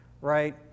right